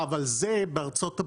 על זה בארה"ב